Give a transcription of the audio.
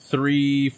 Three